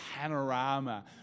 panorama